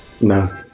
no